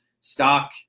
stock